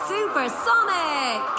Supersonic